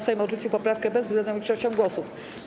Sejm odrzucił poprawkę bezwzględną większością głosów.